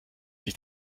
sich